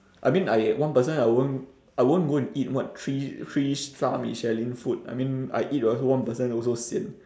I mean I one person I won't I won't go and eat what three three star michelin food I mean I eat also one person also sian